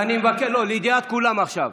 לידיעת כולם עכשיו: